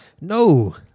no